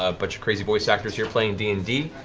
ah bunch of crazy voice actors here, playing d and d.